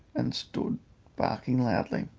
and stood barking loudly.